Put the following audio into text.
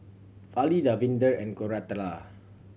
Fali Davinder and Koratala